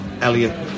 Elliot